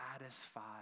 satisfied